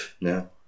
No